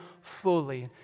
fully